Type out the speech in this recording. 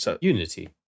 Unity